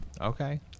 Okay